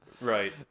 right